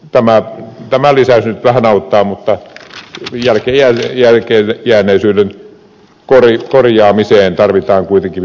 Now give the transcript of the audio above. toivottavasti tämä lisäys nyt vähän auttaa mutta jälkeenjääneisyyden korjaamiseen tarvitaan kuitenkin vielä lisää rahaa